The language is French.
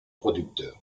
producteur